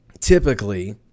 typically